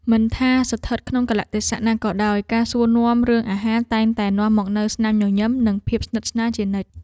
មិនថាស្ថិតក្នុងកាលៈទេសៈណាក៏ដោយ ការសួរនាំរឿងអាហារតែងតែនាំមកនូវស្នាមញញឹម និងភាពស្និទ្ធស្នាលជានិច្ច។